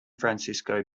francisco